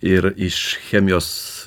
ir iš chemijos